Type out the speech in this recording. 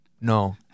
No